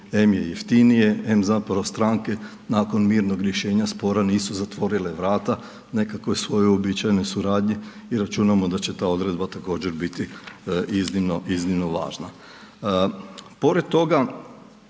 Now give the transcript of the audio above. em je jeftinije, em zapravo stranke, nakon mirnog rješenja spora nisu zatvorile vrata, nekakvoj svojoj uobičajenoj suradnji i računamo da će ta odredba također biti iznimno,